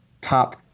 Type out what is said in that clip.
top